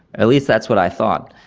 at least that's what i thought.